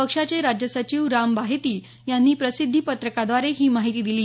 पक्षाचे राज्य सचिव राम बाहेती यांनी प्रसिद्धीपत्रकाद्वारे ही माहिती दिली